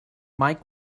mike